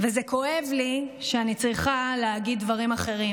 וזה כואב לי שאני צריכה להגיד דברים אחרים.